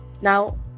Now